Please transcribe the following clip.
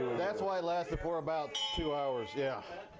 that's why it lasted for about two hours, yeah.